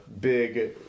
big